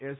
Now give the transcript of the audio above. S